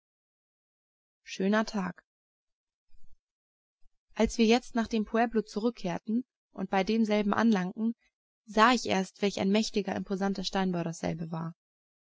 schöner tag als wir jetzt nach dem pueblo zurückkehrten und bei demselben anlangten sah ich erst welch ein mächtiger imposanter steinbau dasselbe war